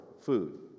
food